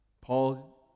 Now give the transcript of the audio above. Paul